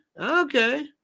Okay